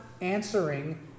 answering